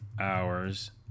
hours